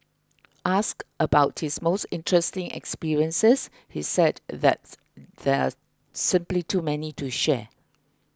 asked about his most interesting experiences he said that there are simply too many to share